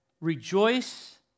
Rejoice